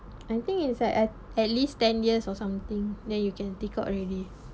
I think inside at at least ten years or something then you can take out already